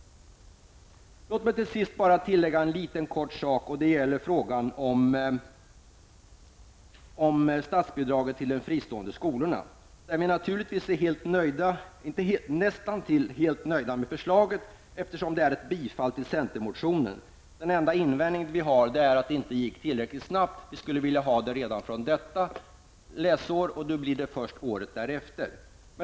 Låt mig till sist helt kort säga något om statsbidraget till de fristående skolorna. Vi är nästintill helt nöjda med förslaget, eftersom det innebär ett bifall till centermotionen. Den enda invändning vi har är att detta inte gått att genomföra tillräckligt snabbt. Vi ville att statsbidrag skulle utgå redan från detta läsår, men nu blir det först året därefter.